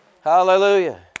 Hallelujah